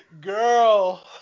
Girl